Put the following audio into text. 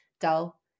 dull